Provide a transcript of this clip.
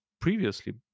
previously